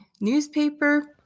Newspaper